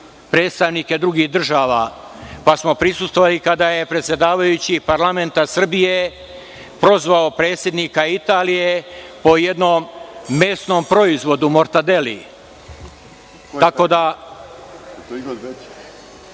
predstavnike drugih država, pa smo prisustvovali kada je predsedavajući parlamenta Srbije prozvao predsednika Italije, po jednom mesnom proizvodu – mortadeli, tako da